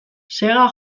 sega